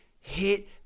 hit